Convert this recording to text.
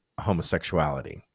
homosexuality